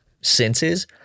senses